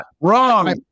wrong